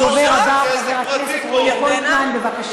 הדובר הבא, חבר הכנסת רועי פולקמן, בבקשה.